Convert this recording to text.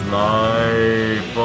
life